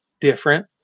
different